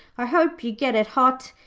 i hope you get it hot,